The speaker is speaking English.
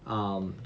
um